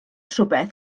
rhywbeth